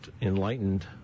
enlightened